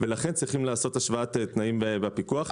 ולכן צריכים לעשות השוואת תנאים בפיקוח.